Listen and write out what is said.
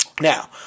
Now